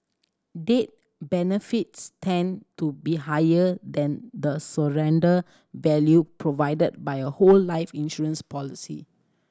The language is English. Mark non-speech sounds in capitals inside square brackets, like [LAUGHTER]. [UNINTELLIGIBLE] benefits tend to be higher than the surrender value provided by a whole life insurance policy